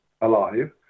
alive